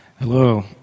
Hello